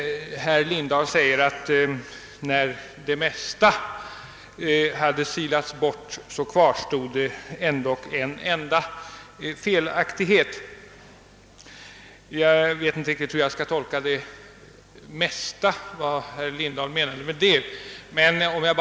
Herr Lindahl säger, att när det mesta hade silats bort så kvarstod det ändock en enda felaktighet. Jag vet inte vad herr Lindahl menade med »det mesta».